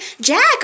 Jack